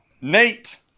Nate